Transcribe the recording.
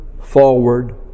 forward